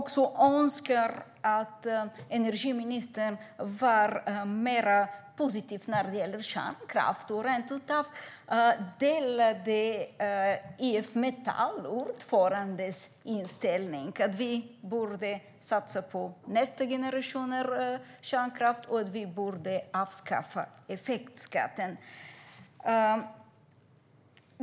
Jag önskar dock att energiministern var mer positiv till kärnkraft och delade IF Metalls ordförandes inställning att vi borde satsa på nästa generations kärnkraft och avskaffa effektskatten.